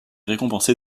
récompenser